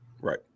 Right